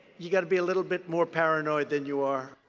you've got to be a little bit more paranoid than you are.